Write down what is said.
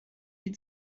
die